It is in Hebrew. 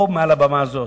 פה מעל הבמה הזאת.